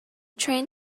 train